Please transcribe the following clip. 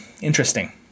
interesting